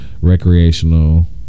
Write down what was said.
Recreational